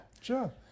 sure